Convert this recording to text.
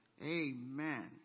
Amen